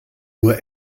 nur